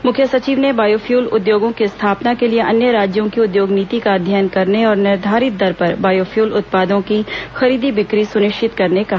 मुख्य सचिव ने बायोफ्यूल उद्योगों की स्थापना के लिए अन्य राज्यों की उद्योग नीति का अध्ययन करने और निर्धारित दर पर बायोप्यूल उत्पादों की खरीदी बिक्री सुनिश्चित करने कहा